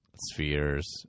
spheres